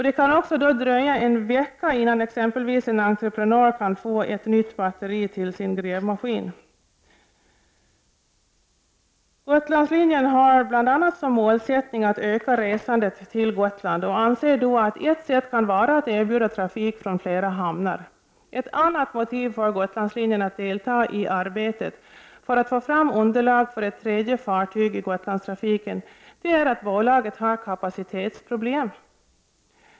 Det kan alltså dröja en vecka innan exempelvis en entreprenör kan få ett nytt batteri till sin grävmaskin. 'Gotlandslinjen har bl.a. som målsättning att öka resandet till Gotland och anser att ett sätt att nå detta mål kan vara att erbjuda trafik från flera hamnar. Ett annat motiv för Gotlandslinjen att delta i arbetet att få underlag för ett tredje fartyg i Gotlandstrafiken är att bolaget har kapacitetsproblem.